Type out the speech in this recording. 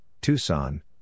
Tucson